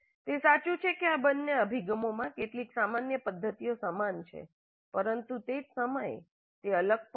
તે સાચું છે કે આ બંને અભિગમોમાં કેટલીક સામાન્ય પદ્ધતિઓ સમાન છે પરંતુ તે જ સમયે તે અલગ પણ છે